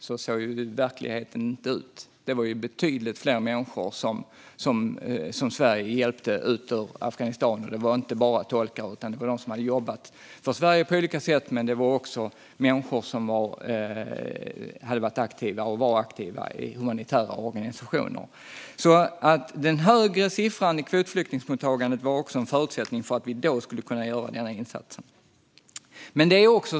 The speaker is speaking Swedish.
Så såg verkligheten inte ut. Det var betydligt fler människor som Sverige hjälpte ut ur Afghanistan. Det var inte bara tolkar, utan det var de som hade jobbat för Sverige på olika sätt och människor som hade varit eller var aktiva i humanitära organisationer. Den högre siffran i kvotflyktingmottagandet var också en förutsättning för att vi då skulle kunna göra insatsen.